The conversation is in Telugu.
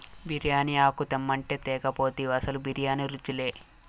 బిర్యానీ ఆకు తెమ్మంటే తేక పోతివి అసలు బిర్యానీ రుచిలే